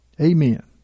amen